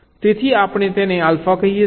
તેથી આપણે તેને આલ્ફા કહીએ છીએ